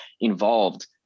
involved